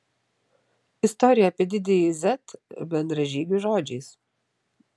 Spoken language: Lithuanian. istorija apie didįjį z bendražygių žodžiais